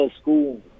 school